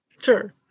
Sure